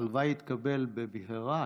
הלוואי שתתקבל במהרה,